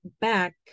back